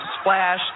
splash